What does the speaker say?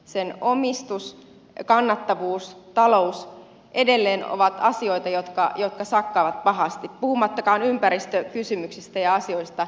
sen omistus kannattavuus talous ovat asioita jotka edelleen sakkaavat pahasti puhumattakaan ympäristökysymyksistä ja asioista